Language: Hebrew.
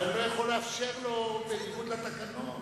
אבל אני לא יכול לאפשר לו בניגוד לתקנון.